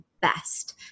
best